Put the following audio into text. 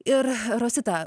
ir rosita